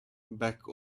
back